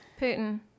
Putin